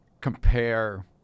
compare